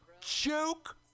Joke